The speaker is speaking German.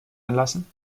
anlassen